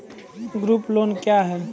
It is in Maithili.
ग्रुप लोन क्या है?